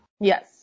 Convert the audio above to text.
Yes